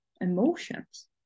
emotions